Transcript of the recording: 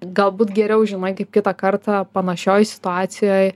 galbūt geriau žinai kaip kitą kartą panašioj situacijoj